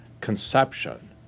conception